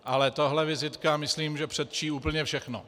Ale tahle vizitka myslím předčí úplně všechno.